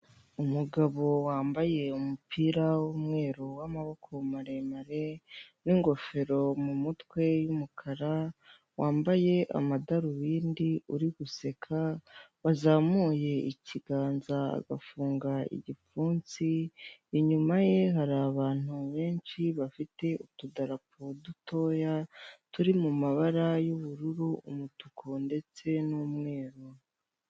Umugabo wambaye umupira w'umweru w'amaboko maremare, n'ingofero mu mutwe y'umukara. wambaye amadarubindi uri guseka wazamuye ikiganza agafunga igipfunsi inyuma ye hari abantu benshi bafite utudarapo dutoya turi mu mabara y'ubururu umutuku, ndetse numweru.